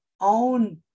own